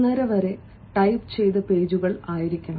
5 വരെ ടൈപ്പ് ചെയ്ത പേജുകൾ ആയിരിക്കണം